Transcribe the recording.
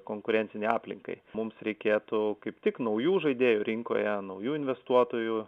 konkurencinei aplinkai mums reikėtų kaip tik naujų žaidėjų rinkoje naujų investuotojų